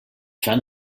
fan